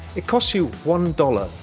it costs you one dollars.